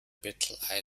battle